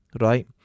Right